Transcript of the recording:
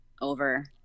over